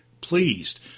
pleased